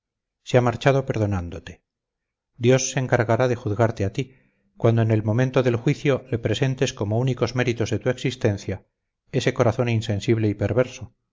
se ha marchado perdonándote dios se encargará de juzgarte a ti cuando en el momento del juicio le presentes como únicos méritos de tu existencia ese corazón insensible y perverso